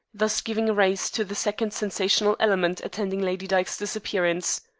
thus giving rise to the second sensational element attending lady dyke's disappearance.